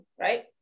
right